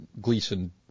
gleason